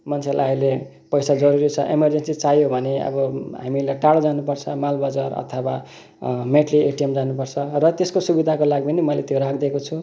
मान्छेलाई अहिले पैसा जरूरी छ एमरजेन्सी चाहियो भने अब हामीलाई टाढो जानुपर्छ मालबजार अथवा मेटली एटिएम जानुपर्छ र त्यसको सुविधाको लागि पनि मैले त्यो राखिदिएको छु